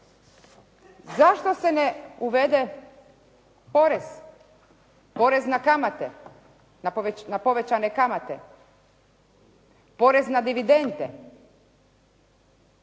Zašto se ne uvede porez, porez na kamate, na povećane kamate, porez na dividende?